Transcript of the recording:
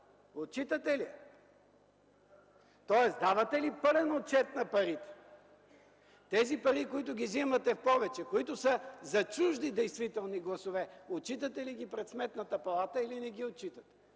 Отчитате ли я, тоест давате ли пълен отчет на парите? Пари, които взимате в повече, които са за чужди действителни гласове – отчитате ли ги пред Сметната палата, или не ги отчитате?